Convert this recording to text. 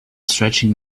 stretching